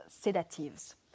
sedatives